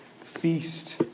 feast